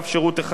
והשני,